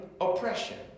oppression